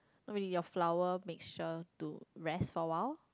with your flour mixture to rest for a while